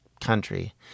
country